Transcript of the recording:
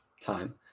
time